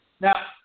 Now